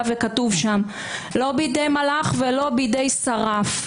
וכתוב שם: לא בידי מלאך ולא בידי שרף.